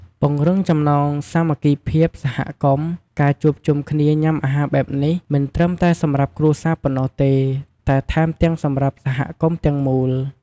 ពង្រឹងចំណងសាមគ្គីភាពសហគមន៍ ការជួបជុំគ្នាញ៉ាំអាហារបែបនេះ មិនត្រឹមតែសម្រាប់គ្រួសារប៉ុណ្ណោះទេ តែថែមទាំងសម្រាប់សហគមន៍ទាំងមូល។